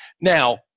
Now